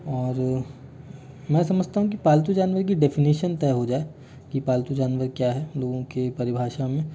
और मैं समझता हूँ की पालतू जानवर की डेफिनेशन तय हो जाए कि पालतू जानवर क्या है लोगों की परिभाषा में